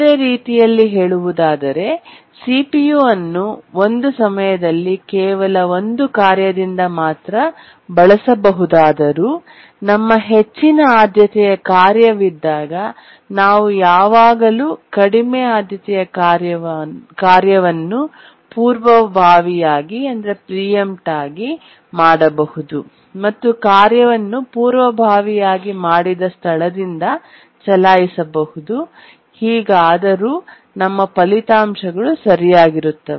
ಬೇರೆ ರೀತಿಯಲ್ಲಿ ಹೇಳುವುದಾದರೆ ಸಿಪಿಯು ಅನ್ನು ಒಂದು ಸಮಯದಲ್ಲಿ ಕೇವಲ ಒಂದು ಕಾರ್ಯದಿಂದ ಮಾತ್ರ ಬಳಸಬಹುದಾದರೂ ನಮಗೆ ಹೆಚ್ಚಿನ ಆದ್ಯತೆಯ ಕಾರ್ಯವಿದ್ದಾಗ ನಾವು ಯಾವಾಗಲೂ ಕಡಿಮೆ ಆದ್ಯತೆಯ ಕಾರ್ಯವನ್ನು ಪೂರ್ವಭಾವಿಯಾಗಿ ಪ್ರಿ ಎಂಪ್ಟ್ ಮಾಡಬಹುದು ಮತ್ತು ಕಾರ್ಯವನ್ನು ಪೂರ್ವಭಾವಿಯಾಗಿ ಮಾಡಿದ ಸ್ಥಳದಿಂದ ಚಲಾಯಿಸಬಹುದು ಹೀಗಾದರೂ ನಮ್ಮ ಫಲಿತಾಂಶಗಳು ಸರಿಯಾಗಿರುತ್ತದೆ